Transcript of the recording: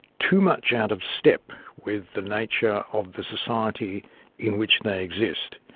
too much out of step with the nature of the society in which they exist.